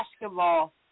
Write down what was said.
basketball